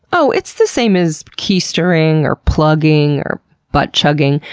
oh, it's the same as keistering, or plugging, or butt chugging.